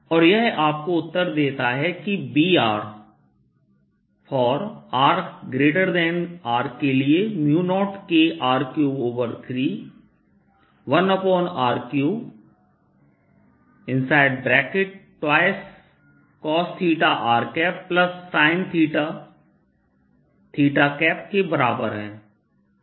और यह आपको उत्तर देता है कि Br r≥Rके लिए 0KR331r32cosθrsinθ के बराबर है